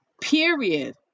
period